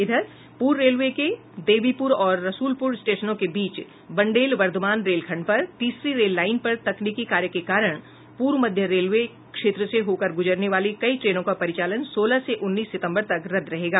इधर पूर्व रेलवे के देवीपुर और रसूलपुर स्टेशनों के बीच बंडेल वर्धमान रेलखंड पर तीसरी रेल लाईन पर तकनीकी कार्य के कारण पूर्व मध्य रेलवे क्षेत्र से होकर गुजरने वाली कई ट्रेनों का परिचालन सोलह से उन्नीस सितम्बर तक रदद रहेगा